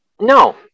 No